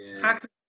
toxic